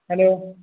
hello